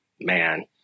man